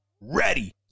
Ready